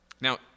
Now